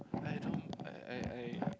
I don't I I I